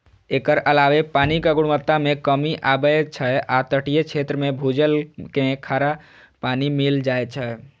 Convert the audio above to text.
एकर अलावे पानिक गुणवत्ता मे कमी आबै छै आ तटीय क्षेत्र मे भूजल मे खारा पानि मिल जाए छै